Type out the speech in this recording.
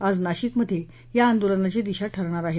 आज नाशिकमध्ये या आंदोलनाची दिशा ठरणार आहे